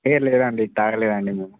హే లేదండి తాగలేదండి నేను